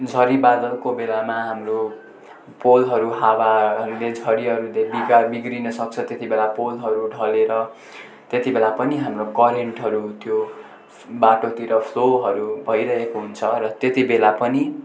झरी बादलको बेलामा हाम्रो पोलहरू हावाहरूले झरीहरूले बिगार बिग्रिन सक्छ त्यतिबेला पोलहरू ढलेर त्यतिबेला पनि हाम्रो करेन्टहरू त्यो बाटोतिर फ्लोहरू भइरहेको हुन्छ र त्यतिबेला पनि